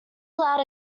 aloud